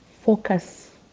focus